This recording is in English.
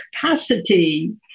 capacity